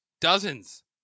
dozens